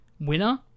winner